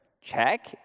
check